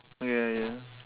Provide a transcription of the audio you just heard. ya